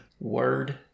word